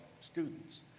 students